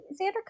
Xander